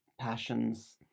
Passions